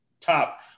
top